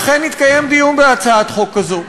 אכן התקיים דיון בהצעת חוק הזאת,